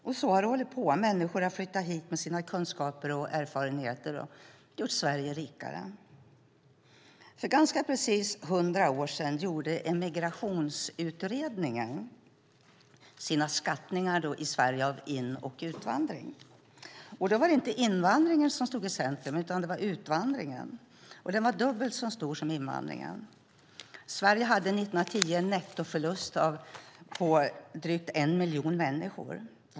Och så har det hållit på: Människor har flyttat hit med sina kunskaper och erfarenheter och gjort Sverige rikare. För ganska precis 100 år sedan gjorde Emigrationsutredningen sina skattningar av in och utvandringen i Sverige. Då var det inte invandringen som stod i centrum utan utvandringen, och den var dubbelt så stor som invandringen. Sverige hade 1910 en nettoförlust på drygt en miljon människor.